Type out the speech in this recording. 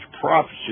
Prophecy